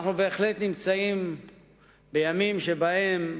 אנחנו בהחלט נמצאים בימים שבהם,